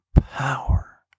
power